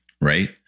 right